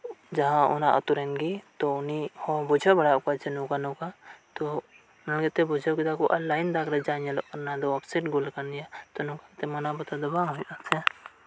ᱡᱟᱦᱟᱸ ᱚᱱᱟ ᱟᱛᱩᱨᱮᱱᱜᱮ ᱛᱚ ᱩᱱᱤ ᱦᱚᱸ ᱵᱩᱡᱷᱟᱹᱣ ᱵᱟᱲᱟᱣᱟᱫ ᱠᱚᱣᱟᱭ ᱡᱮ ᱱᱚᱝᱠᱟ ᱱᱚᱝᱠᱟ ᱛᱚ ᱚᱱᱟ ᱞᱟᱹᱜᱤᱫ ᱛᱮ ᱵᱩᱡᱷᱟᱹᱣ ᱠᱮᱫᱟ ᱠᱚ ᱟᱨ ᱞᱟᱭᱤᱱ ᱫᱟᱠᱨᱮ ᱡᱟ ᱧᱮᱞᱚᱜ ᱠᱟᱱᱟ ᱚᱯᱥᱟᱭᱤᱴ ᱜᱳᱞ ᱟᱠᱟᱱ ᱜᱮᱭᱟ ᱛᱚ ᱱᱚᱝᱠᱟ ᱠᱟᱛᱮᱫ ᱢᱟᱱᱟᱣ ᱵᱟᱛᱟᱣ ᱫᱚ ᱵᱟᱝ ᱦᱩᱭᱩᱜ ᱟᱥᱮ